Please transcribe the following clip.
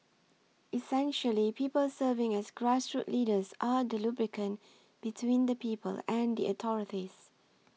essentially people serving as grassroots leaders are the lubricant between the people and the authorities